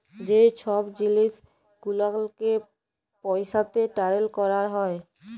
যে ছব জিলিস গুলালকে পইসাতে টারেল ক্যরা হ্যয়